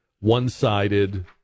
one-sided